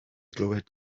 glywed